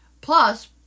plus